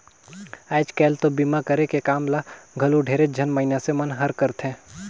आयज कायल तो बीमा करे के काम ल घलो ढेरेच झन मइनसे मन हर करथे